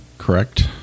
correct